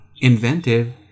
inventive